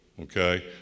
okay